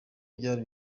byari